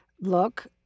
look